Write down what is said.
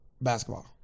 Basketball